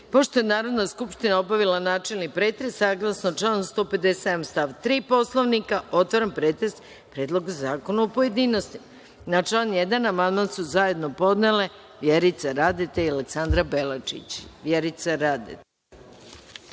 je Narodna skupština obavila načelni pretres, saglasno članu 157. stav 3. Poslovnika, otvaram pretres Predloga zakona u pojedinostima. Na član 1. amandman su zajedno podnele Vjerica Radeta i Aleksandra Belačić. Reč ima narodna